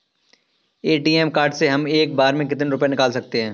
ATM card से हम एक बार में कितने रुपये निकाल सकते हैं?